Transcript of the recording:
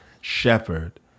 shepherd